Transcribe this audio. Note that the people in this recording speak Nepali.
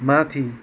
माथि